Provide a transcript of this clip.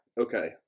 Okay